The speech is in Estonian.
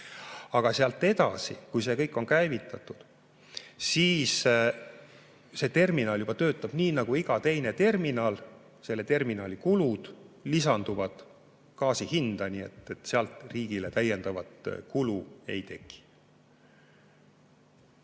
Aga sealt edasi, kui see kõik on käivitatud, siis see terminal töötab juba nii nagu iga teine terminal. Selle terminali kulud lisanduvad gaasi hinnale, nii et sealt riigile täiendavat kulu ei teki.